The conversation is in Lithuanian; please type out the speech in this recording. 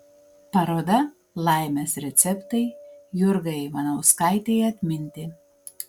paroda laimės receptai jurgai ivanauskaitei atminti